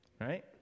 right